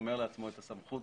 שומר לעצמו את הסמכות